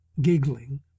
giggling